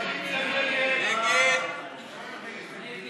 ההסתייגות של חברי הכנסת יוסי יונה